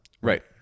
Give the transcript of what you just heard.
Right